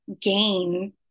gain